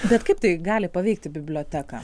bet kaip tai gali paveikti biblioteką